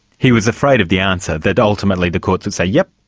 he was afraid of the answer that ultimately the courts would say yes,